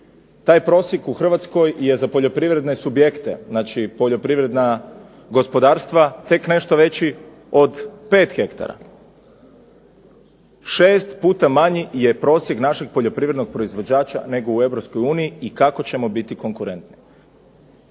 Taj prosjek u Hrvatskoj je za poljoprivredne subjekte, znači poljoprivredna gospodarstva, tek nešto veći od 5 hektara. 6 puta manji je prosjek našeg poljoprivrednog proizvođača nego u EU i kako ćemo biti konkurentni?